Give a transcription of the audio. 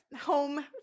home